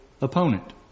opponent